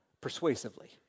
persuasively